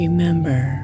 Remember